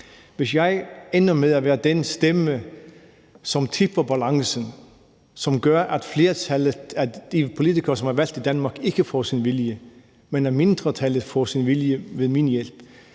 gældende, ender med at være den stemme i Folketinget, som tipper balancen, og som gør, at flertallet – de politikere, som er valgt i Danmark – ikke får sin vilje, men at mindretallet får sin vilje ved min hjælp.